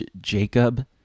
Jacob